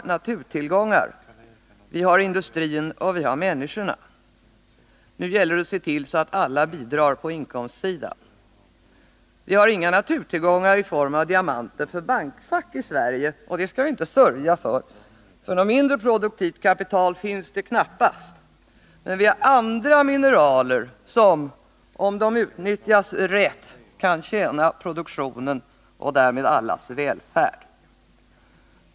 Jo, vi har tillgångar i naturen, hos industrin och hos människorna. Nu gäller det att se till att alla bidrar till inkomstsidan. Vi har i Sverige inga naturtillgångar i form av diamanter för bankfack, men det skall vi inte sörja över, för något mindre produktivt kapital finns knappast. Men vi har andra mineraler som, rätt utnyttjade, kan tjäna produktionen och därmed allas välfärd.